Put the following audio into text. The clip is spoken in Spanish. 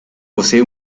posee